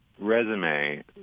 resume